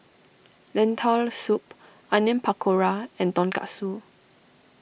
Lentil Soup Onion Pakora and Tonkatsu